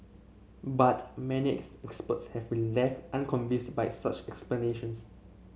but many is experts have been left unconvinced by such explanations